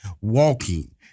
walking